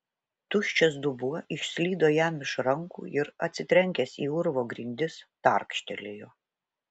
tuščias dubuo išslydo jam iš rankų ir atsitrenkęs į urvo grindis tarkštelėjo